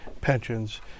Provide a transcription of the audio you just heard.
pensions